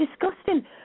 disgusting